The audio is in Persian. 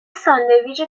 ساندویچ